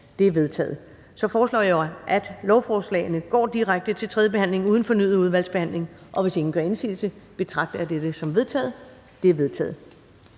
De er vedtaget. Jeg foreslår, at lovforslaget går direkte til tredje behandling uden fornyet udvalgsbehandling. Hvis ingen gør indsigelse, betragter jeg det som vedtaget. Det er vedtaget.